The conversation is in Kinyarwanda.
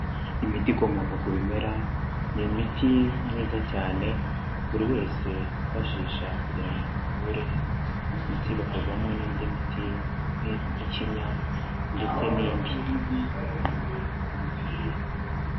Imiti ikomoka ku bimera, ni imiti myiza cyane buri wese yifashisha kugira ngo imuvure ndetse igakorwamo n'indi miti nk'igikinya ndetse n'indi.